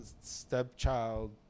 stepchild